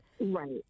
right